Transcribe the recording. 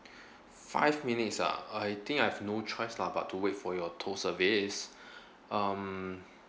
five minutes ah I think I've no choice lah but to wait for your tow service um